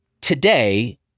today